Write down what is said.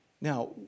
Now